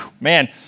Man